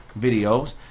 videos